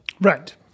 Right